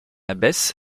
abbesse